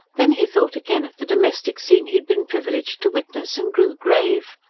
then he thought again of the domestic scene he had been privileged to witness, and grew grave.